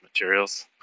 materials